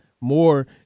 more